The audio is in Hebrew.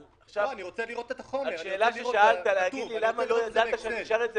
אבל השאלה ששאלת עכשיו למה לא ידעת שאני אשאל את זה